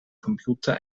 computer